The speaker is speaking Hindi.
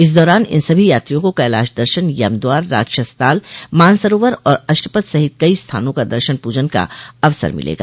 इस दौरान इन सभी यात्रियों को कैलाश दर्शन यम द्वार राक्षस ताल मानसरोवर और अष्टपद सहित कई स्थानों का दर्शन पूजन का अवसर मिलेगा